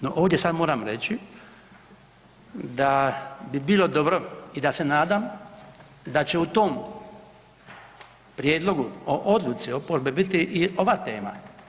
No, ovdje sad moram reći da bi bilo dobro i da se nadam da će u tom prijedlogu o odluci oporbe biti i ova tema.